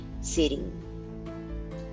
sitting